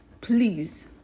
please